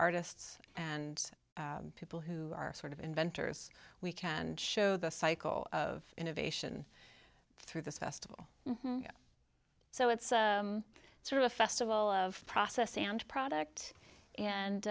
artists and people who are sort of inventors we can show the cycle of innovation through this festival so it's sort of a festival of process and product and